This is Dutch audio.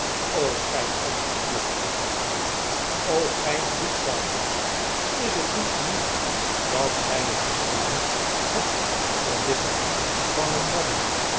gij ongedierte riep hij uit gij bloedzuigers is het niet genoeg dat gij het bestaan hebt verbitterd van een man